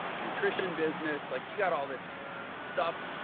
nutrition business. like you got all this stuff.